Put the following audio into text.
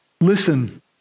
Listen